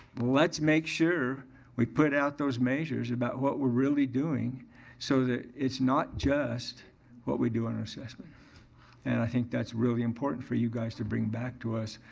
let's make sure we put out those measures about what we're really doing so that it's not just what do on our assessment and i think that's really important for you guys to bring back to us,